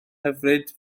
hyfryd